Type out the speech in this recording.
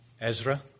Ezra